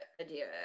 idea